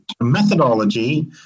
methodology